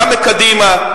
גם מקדימה,